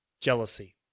jealousy